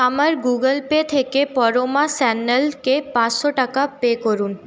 আমার Google Pay থেকে পরমা স্যান্যালকে পাঁচশো টাকা পে করুন